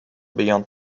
beyond